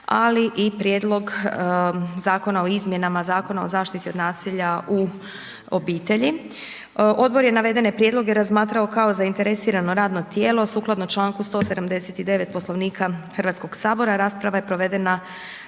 ali i Prijedlog zakona o izmjenama Zakona o zaštiti od nasilja u obitelji. Odbor je navedene prijedloge razmatrao kao zainteresirano radno tijelo sukladno članku 179. Poslovnika Hrvatskog sabora, rasprava je provedena